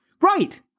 Right